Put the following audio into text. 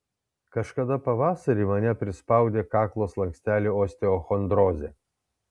kažkada pavasarį mane prispaudė kaklo slankstelių osteochondrozė